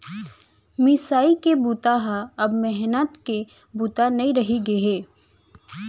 मिसाई के बूता ह अब मेहनत के बूता नइ रहि गे हे